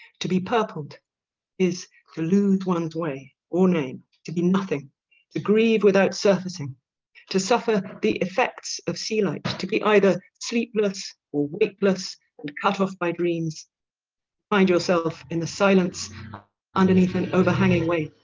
to be purpled is to lose one's way or name to be nothing to grieve without surfacing to suffer the effects of sea light to be either sleepless or weightless and cut off by dreams find yourself in the silence underneath an overhanging way